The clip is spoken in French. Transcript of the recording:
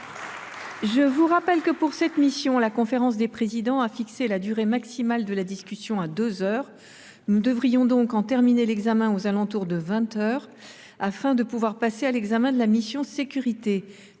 je vous rappelle que, pour cette mission, la conférence des présidents a fixé la durée maximale de la discussion à deux heures. Nous devrons donc en terminer l’examen aux alentours de vingt heures, afin de pouvoir passer à l’examen de la mission « Sécurités